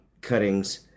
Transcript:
cuttings